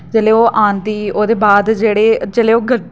जेल्लै ओह् औंदी ओह्दे बाद जेह्ड़े जेल्लै ओह्